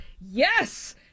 yes